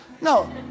No